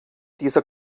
dieser